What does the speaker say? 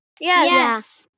Yes